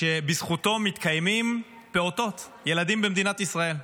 שבזכותו מתקיימים פעוטות, ילדים במדינת ישראל.